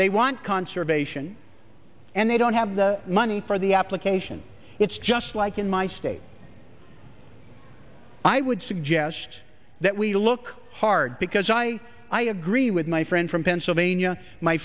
they want conservation and they don't have the money for the application it's just like in my state i would suggest that we look hard because i i agree with my friend from pennsylvania my